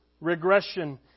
regression